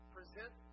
Present